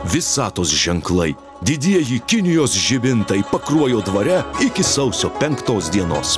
visatos ženklai didieji kinijos žibintai pakruojo dvare iki sausio penktos dienos